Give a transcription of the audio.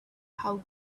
how